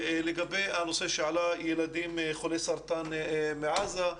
לגבי הנושא שעלה, ילדים חולי סרטן מעזה,